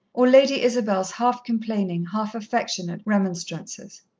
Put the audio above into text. or lady isabel's half-complaining, half-affectionate remonstrances.